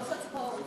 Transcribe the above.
שלוש הצבעות.